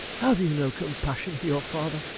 have you no compassion for your father,